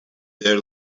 their